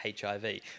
HIV